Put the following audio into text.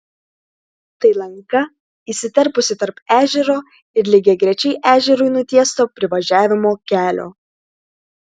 tai lanka įsiterpusi tarp ežero ir lygiagrečiai ežerui nutiesto privažiavimo kelio